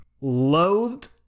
loathed